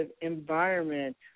environment